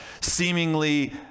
seemingly